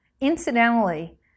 incidentally